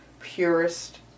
purest